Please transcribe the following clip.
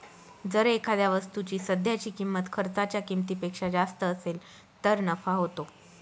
जर एखाद्या वस्तूची सध्याची किंमत खर्चाच्या किमतीपेक्षा जास्त असेल तर नफा होतो